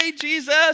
Jesus